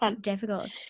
difficult